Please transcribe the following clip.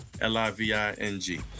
L-I-V-I-N-G